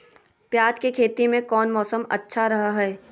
प्याज के खेती में कौन मौसम अच्छा रहा हय?